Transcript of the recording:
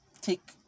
take